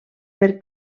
per